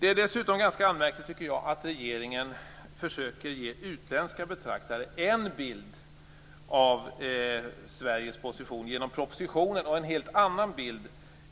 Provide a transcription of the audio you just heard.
Jag tycker dessutom att det är ganska anmärkningsvärt att regeringen försöker ge utländska betraktare en bild av Sveriges position genom propositionen och en helt annan bild